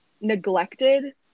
neglected